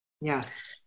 yes